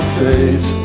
face